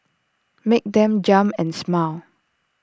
make them jump and smile